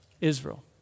Israel